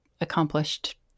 accomplished